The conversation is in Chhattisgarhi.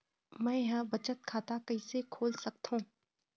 मै ह बचत खाता कइसे खोल सकथों?